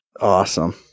awesome